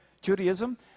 Judaism